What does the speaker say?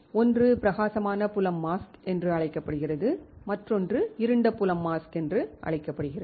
ஒன்று பிரகாசமான புலம் மாஸ்க் என்று அழைக்கப்படுகிறது மற்றொன்று இருண்ட புலம் மாஸ்க் என்று அழைக்கப்படுகிறது